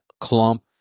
clump